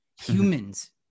Humans